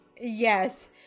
Yes